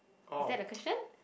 is that a question